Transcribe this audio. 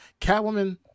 Catwoman